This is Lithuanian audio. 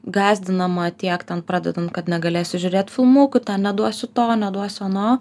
gąsdinama tiek ten pradedan kad negalėsiu žiūrėti filmukų neduosiu to neduosiu ano